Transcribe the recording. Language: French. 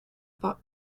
par